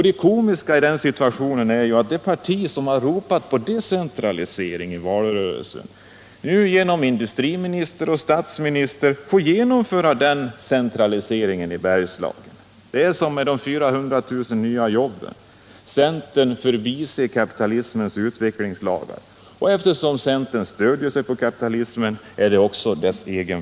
Det komiska i den situationen är att det parti som i valrörelsen ropade på decentralisering nu genom industriminister och statsminister får genomföra denna centralisering. Det är som med de 400 000 nya jobben: centern förbiser kapitalismens utvecklingslagar och eftersom centern stöder sig på kapitalismen är partiet också dess fånge.